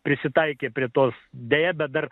prisitaikė prie tos deja bet dar